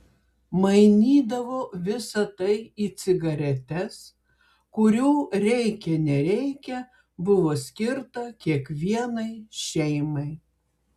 mainydavo visa tai į cigaretes kurių reikia nereikia buvo skirta kiekvienai šeimai